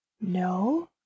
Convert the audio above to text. No